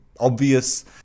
obvious